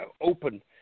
open